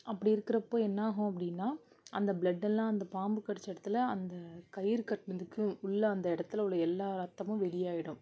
அப்படி இருக்கிறப்போ என்ன ஆகும் அப்படின்னா அந்த பிளட்டெல்லாம் அந்த பாம்பு கடித்த இடத்துல அந்த கயிறு கட்டுனதுக்கு உள்ள அந்த இடத்துல உள்ள எல்லா ரத்தமும் வெளியாகிடும்